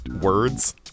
words